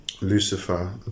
Lucifer